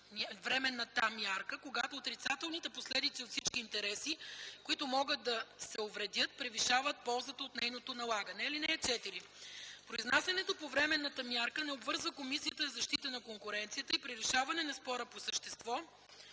временната мярка, когато отрицателните последици от всички интереси, които могат да се увредят, превишават ползата от нейното налагане. (4) Произнасянето по временната мярка не обвързва Комисията за защита на конкуренцията при решаване на спора по същество